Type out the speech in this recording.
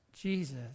Jesus